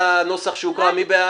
הצעת חוק שדה התעופה דב הוז (הוראות מיוחדות) (תיקון),